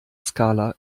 skala